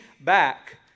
back